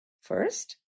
first